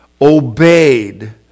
obeyed